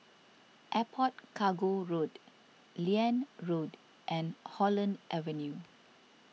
Airport Cargo Road Liane Road and Holland Avenue